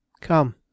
come